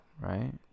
Right